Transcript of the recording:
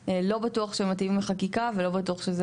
לא בטוח שהם מתאימים לחקיקה ולא בטוח שזו